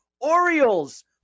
Orioles